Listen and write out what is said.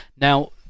Now